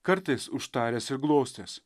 kartais užtaręs ir glostęs